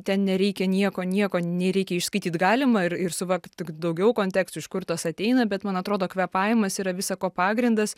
ten nereikia nieko nieko nereikia išskaityt galima ir ir suvokt ir daugiau kontekstų iš kur tas ateina bet man atrodo kvėpavimas yra visa ko pagrindas